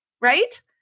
right